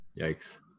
yikes